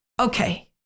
okay